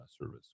service